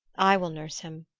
i will nurse him.